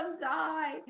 die